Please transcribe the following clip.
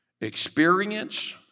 Experience